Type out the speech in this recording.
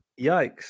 Yikes